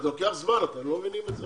זה לוקח זמן, אתם לא מבינים את זה.